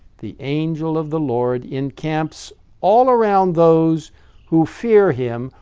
the angel of the lord encamps all around those who fear him,